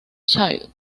child